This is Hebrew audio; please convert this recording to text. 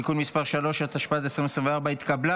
(תיקון מס' 3), התשפ"ד 2024, נתקבל.